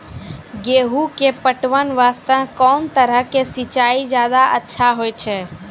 गेहूँ के पटवन वास्ते कोंन तरह के सिंचाई ज्यादा अच्छा होय छै?